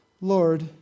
Lord